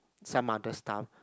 some other stuff